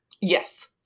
Yes